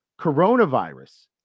coronavirus